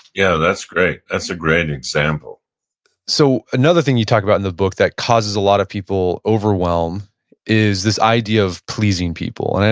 yeah. that's great. that's a great example so another thing you talk about in the book that causes a lot of people overwhelm is this idea of pleasing people. and and